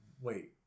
Wait